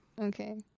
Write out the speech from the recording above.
Okay